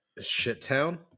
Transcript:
Shittown